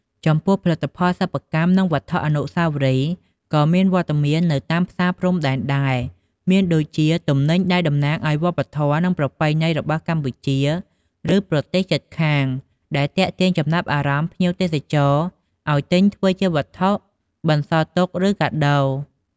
ចំពោះផលិតផល សិប្បកម្ម និងវត្ថុអនុស្សាវរីយ៍ ក៏មានវត្តមាននៅតាមផ្សារព្រំដែនដែរ មានដូចទំនិញដែលតំណាងឱ្យវប្បធម៌ និងប្រពៃណីរបស់កម្ពុជា ឬប្រទេសជិតខាង ដែលទាក់ទាញចំណាប់អារម្មណ៍ភ្ញៀវទេសចរឱ្យទិញធ្វើជាវត្ថុបន្សល់ទុក ឬកាដូ។